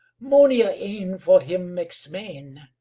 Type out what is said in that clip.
mony a ane for him makes maen,